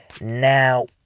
Now